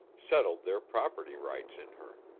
settled their property rights in her.